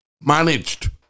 managed